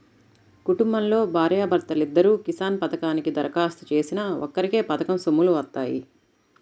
కుటుంబంలో భార్యా భర్తలిద్దరూ కిసాన్ పథకానికి దరఖాస్తు చేసినా ఒక్కరికే పథకం సొమ్ములు వత్తాయి